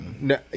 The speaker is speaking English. No